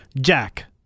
Jack